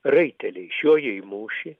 raiteliai išjoja į mūšį